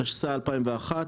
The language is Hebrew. התשס"א 2001,